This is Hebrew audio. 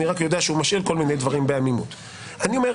אני רק